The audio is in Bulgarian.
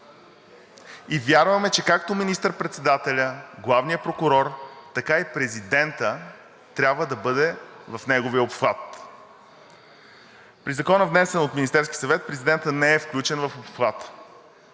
и вярваме, че както министър-председателят, главният прокурор, така и президентът трябва да бъдат в неговия обхват. При Закона, внесен от Министерския съвет, президентът не е включен в обхвата.